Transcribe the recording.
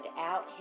out